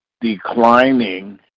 declining